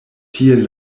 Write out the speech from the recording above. tiel